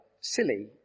silly